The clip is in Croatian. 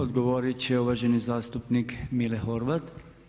Odgovorit će uvaženi zastupnik Mile Horvat.